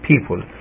people